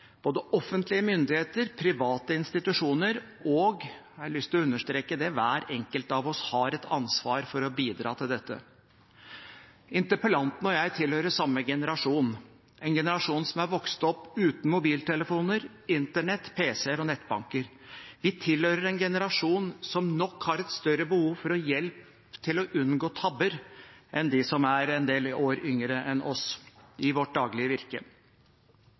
Både offentlige myndigheter, private institusjoner og – jeg har lyst til å understreke det – hver enkelt av oss har et ansvar for å bidra til dette. Interpellanten og jeg tilhører samme generasjon – en generasjon som er vokst opp uten mobiltelefoner, internett, pc-er og nettbanker. Vi tilhører en generasjon som nok har et større behov for å få hjelp til unngå tabber, enn dem som er en del år yngre enn oss, i vårt daglige virke.